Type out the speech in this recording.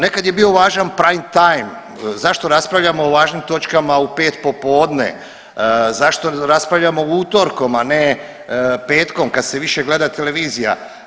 Nekad je bio važan prime time, zašto raspravljamo o važnim točkama u 5 popodne, zašto raspravljamo utorkom, a ne petkom kad se više gleda televizija.